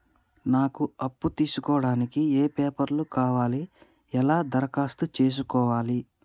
నాకు అప్పు తీసుకోవడానికి ఏ పేపర్లు కావాలి ఎలా దరఖాస్తు చేసుకోవాలి?